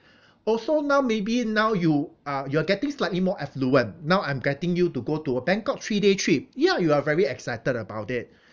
also now maybe now you uh you are getting slightly more affluent now I'm getting you to go to a bangkok three day trip ya you are very excited about it